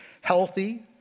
healthy